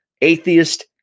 atheist